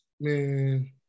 man